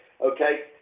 okay